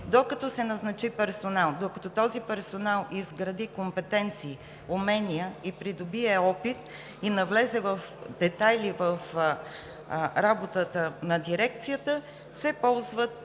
Докато се назначи персонал, докато този персонал изгради компетенции, умения и придобие опит, навлезе в детайли в работата на дирекцията, се ползва